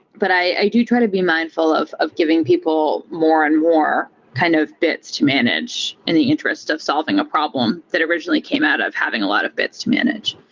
but i do try to be mindful of of giving people more and more kind of bits to manage in the interest of solving a problem that originally came out of having a lot of bits to manage.